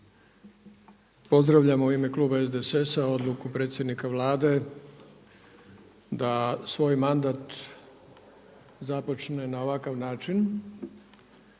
Pozdravljam u ime kluba SDSS-a odluku predsjednika Vlade da svoj mandat započne na ovakav način,